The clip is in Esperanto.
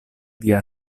via